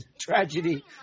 tragedy